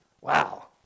Wow